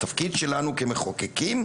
התפקיד שלנו כמחוקקים,